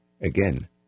again